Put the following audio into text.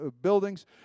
buildings